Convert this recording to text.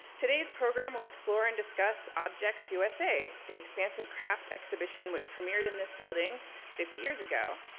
today's program will explore and discuss objects usa, the expansive craft exhibition which premiered in this building fifty years ago.